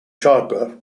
childbirth